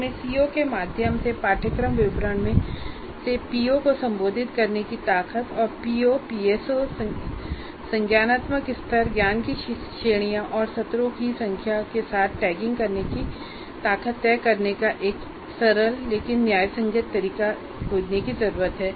हमें सीओ के माध्यम से पाठ्यक्रम विवरण से पीओ को संबोधित करने की ताकत और पीओ पीएसओ संज्ञानात्मक स्तर ज्ञान श्रेणियों और सत्रों की संख्या के साथ टैगिंग करने की ताकत तय करने का एक सरल लेकिन न्यायसंगत तरीका खोजने की जरूरत है